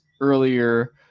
earlier